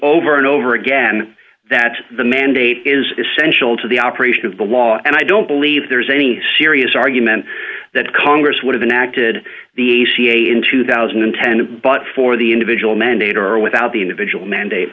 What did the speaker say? over and over again that the mandate is essential to the operation of the law and i don't believe there's any serious argument that congress would have acted the ca in two thousand and ten but for the individual mandate or without the individual mandate